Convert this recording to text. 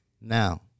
Now